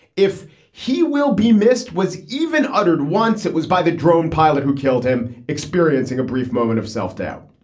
if he will be missed, was even uttered once it was by the drone pilot who killed him, experiencing a brief moment of self-doubt.